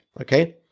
okay